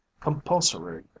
compulsory